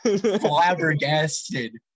flabbergasted